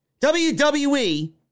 WWE